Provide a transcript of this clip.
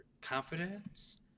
confidence